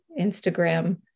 Instagram